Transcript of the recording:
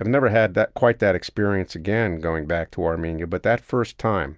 i've never had that quite that experience again going back to armenia. but that first time